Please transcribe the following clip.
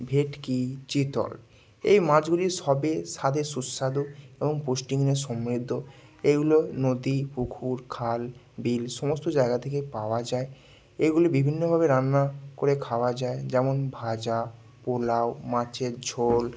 ভেটকি চিতল এই মাছগুলি সবে স্বাদে সুস্বাদু এবং পুষ্টিগুণে সমৃদ্ধ এগুলো নদী পুকুর খাল বিল সমস্ত জায়গা থেকে পাওয়া যায় এগুলি বিভিন্নভাবে রান্না করে খাওয়া যায় যেমন ভাজা পোলাও মাছের ঝোল